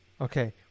Okay